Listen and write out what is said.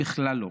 בכלל לא.